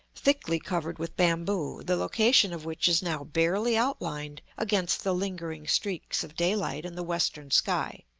thickly covered with bamboo, the location of which is now barely outlined against the lingering streaks of daylight in the western sky.